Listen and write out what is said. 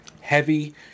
heavy